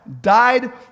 Died